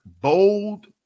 bold